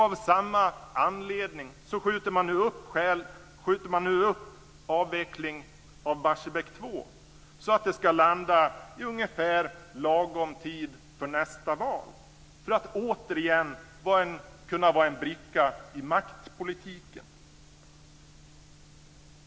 Av samma anledning skjuter man nu upp avveckling av Barsebäck 2, så att den ska landa i ungefär lagom tid för nästa val, för att återigen kunna vara en bricka i maktpolitiken.